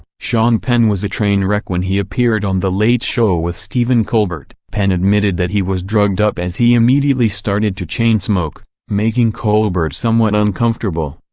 sean penn was a train-wreck when he appeared on the late show with stephen colbert. penn admitted that he was drugged-up as he immediately started to chain-smoke, making colbert somewhat uncomfortable.